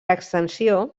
extensió